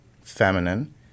feminine